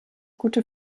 gute